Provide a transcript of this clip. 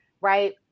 right